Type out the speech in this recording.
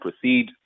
proceed